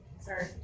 Sorry